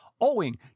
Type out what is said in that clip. owing